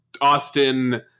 Austin